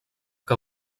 que